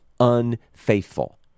Unfaithful